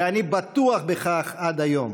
ואני בטוח בכך עד היום,